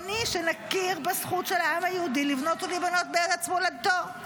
שנכיר בזכות של העם היהודי לבנות ולהיבנות בארץ מולדתו.